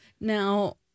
Now